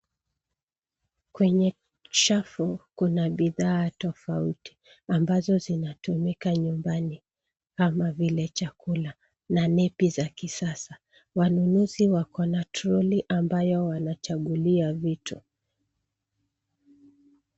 Kwenye chafu, kuna bidhaa tofauti ambazo zinatumika nyumbani kama vile chakula na nepi za kisasa. Wanunuzi wako na trolley ambayo wanachagulia vitu.